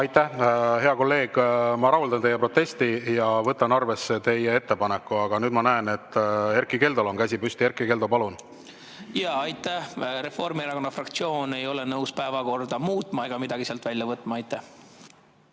Aitäh, hea kolleeg! Ma rahuldan teie protesti ja võtan teie ettepaneku arvesse. Aga nüüd ma näen, et Erkki Keldol on käsi püsti. Erkki Keldo, palun! Aitäh! Reformierakonna fraktsioon ei ole nõus päevakorda muutma ega midagi sealt välja võtma. Aitäh!